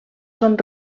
són